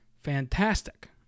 Fantastic